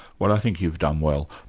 well, i think you've done well.